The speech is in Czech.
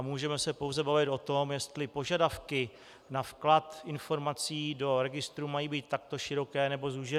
Můžeme se pouze bavit o tom, jestli požadavky na vklad informací do registru mají být takto široké, nebo zúžené.